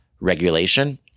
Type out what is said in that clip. regulation